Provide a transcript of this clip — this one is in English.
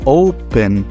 open